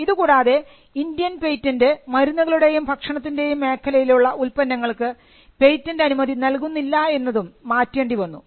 ഇതുകൂടാതെ Indian patent മരുന്നുകളുടെയും ഭക്ഷണത്തിൻറെയും മേഖലയിലുള്ള ഉൽപ്പന്നങ്ങൾക്ക് പേറ്റന്റ് അനുമതി നൽകുന്നില്ല എന്നതും മാറ്റേണ്ടിവന്നു